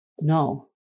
No